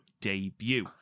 debut